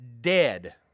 dead